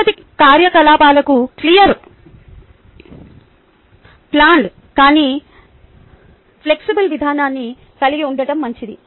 తరగతి కార్యకలాపాలకు clearly planned కానీ ఫ్లెక్సిబుల్ విధానాన్ని కలిగి ఉండటం మంచిది